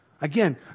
Again